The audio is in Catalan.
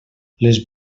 les